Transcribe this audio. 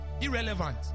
Irrelevant